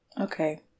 Okay